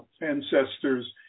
ancestors